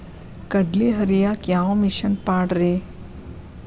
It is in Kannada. ಕಡ್ಲಿ ಹರಿಯಾಕ ಯಾವ ಮಿಷನ್ ಪಾಡ್ರೇ?